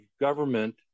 government